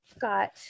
got